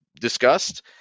discussed